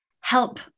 help